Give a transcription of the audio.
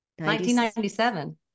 1997